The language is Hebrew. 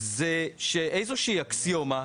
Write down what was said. איזו שהיא אקסיומה,